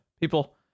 people